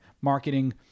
marketing